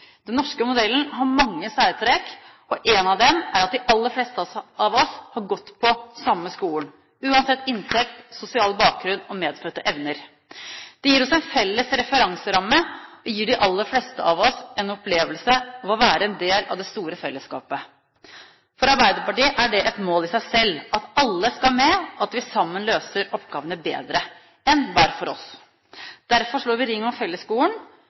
Den norske modellen har mange særtrekk. Et av dem er at de aller fleste av oss har gått på samme skolen, uansett inntekt, sosial bakgrunn og medfødte evner. Det gir oss en felles referanseramme og gir de aller fleste av oss en opplevelse av å være en del av det store fellesskapet. For Arbeiderpartiet er det et mål i seg selv at alle skal med, og at vi sammen løser oppgavene bedre enn hver for oss. Derfor slår vi ring om fellesskolen.